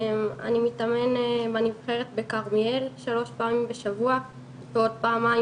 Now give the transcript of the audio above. אני מתאמן בנבחרת בכרמיאל 3 פעמים בשבוע ועוד פעמיים